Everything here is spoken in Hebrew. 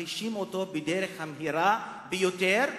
מחלישים אותו בדרך המהירה ביותר,